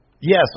yes